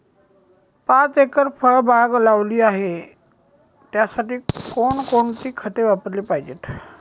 पाच एकर फळबाग लावली आहे, त्यासाठी कोणकोणती खते वापरली पाहिजे?